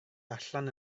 allan